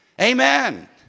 Amen